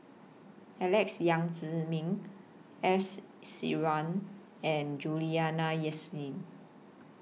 Alex Yam Ziming S Iswaran and Juliana Yasin